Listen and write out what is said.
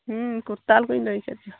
ᱠᱚᱨᱛᱟᱞ ᱠᱚᱧ ᱞᱟᱹᱭ ᱠᱮᱫ ᱫᱚ